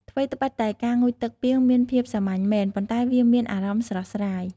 ថ្វីដ្បិតតែ ការងូតទឹកពាងមានភាពសាមញ្ញមែន ប៉ុន្តែវាមានអារម្មណ៍ស្រស់ស្រាយ។